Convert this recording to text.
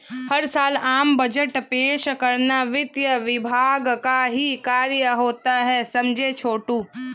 हर साल आम बजट पेश करना वित्त विभाग का ही कार्य होता है समझे छोटू